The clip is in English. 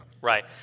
right